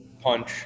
Punch